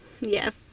Yes